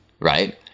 right